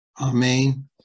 Amen